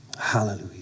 hallelujah